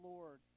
Lord